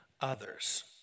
others